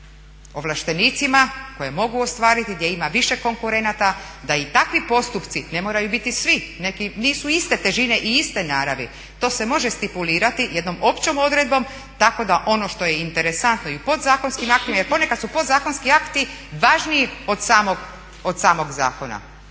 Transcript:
ovlaštenicima koja mogu ostvariti, gdje ima više konkurenata, da i takvi postupci ne moraju biti svi, neki nisu iste težine i iste naravi. To se može stipulirati jednom općom odredbom, tako da ono što je interesantno i u podzakonskim aktima, jer ponekad su podzakonski akti važniji od samog zakona.